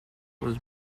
was